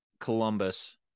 Columbus